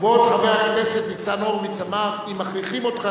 כבוד חבר הכנסת ניצן הורוביץ אמר: אם מכריחים אותך,